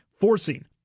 forcing